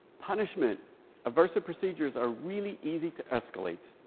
punishment aversive procedures are really easy to escalate.